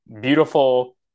beautiful